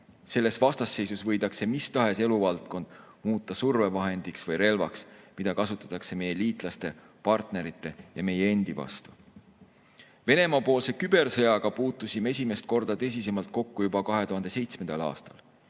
Selles vastasseisus võidakse mis tahes eluvaldkond muuta survevahendiks või relvaks, mida kasutatakse meie liitlaste, partnerite ja meie endi vastu. Venemaa-poolse kübersõjaga puutusime esimest korda tõsisemalt kokku juba 2007. aastal.